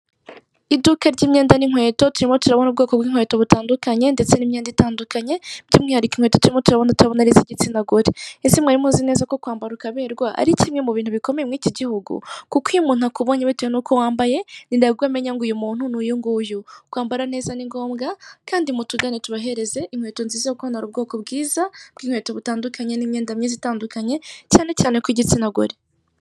Iduka ry'imyenda n'inkweto turimo turabona ubwoko bw'inkweto butandukanye ndetse n'imyenda itandukanye, by'umwihariko inkweto turimo turabona turabona ariz'igitsina gore. Ese mwari muzi neza ko kwambara ukaberwa ari kimwe mu bintu bikomeye mu iki gihugu kuko iyo umuntu akubonye bitewe n'uko wambaye ninabwo amenya ngo uyu muntu ni uyu nguyu, kwambara neza ni ngombwa kandi mutugane tubahereze inkweto nziza kuko hano hari ubwoko bwiza bw'inkweto butandukanye n'imyenda myiza itandukanye cyane cyane kw'igitsina gore.